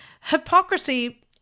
Hypocrisy